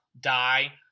die